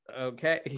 okay